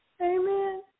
Amen